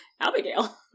Abigail